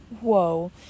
whoa